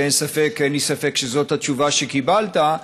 שאין לי ספק שזאת התשובה שקיבלת,